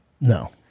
No